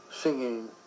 singing